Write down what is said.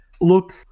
Look